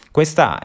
Questa